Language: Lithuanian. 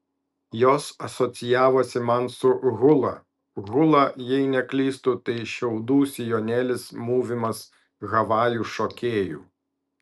jos asocijavosi man su hula hula jei neklystu tai šiaudų sijonėlis mūvimas havajų šokėjų